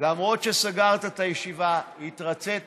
למרות שסגרת את הישיבה, התרצית,